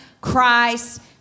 Christ